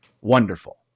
wonderful